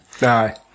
Aye